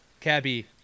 Cabby